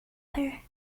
her